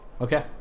Okay